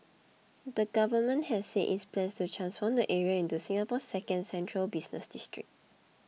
the government has said its plans to transform the area into Singapore's second central business district